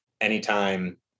anytime